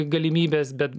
galimybės bet